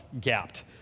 gapped